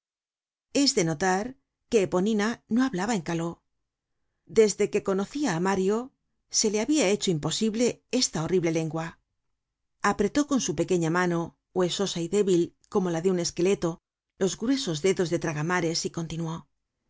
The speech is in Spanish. es de notar que eponina no hablaba en caló desde que conocia á mario se le habia hecho imposible esta horrible lengua trabajar navaja content from google book search generated at apretó con su pequeña inano huesosa y débil como la de un esqueleto los gruesos dedos de traga mares y continuó